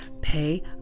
pay